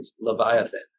Leviathan